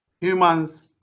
humans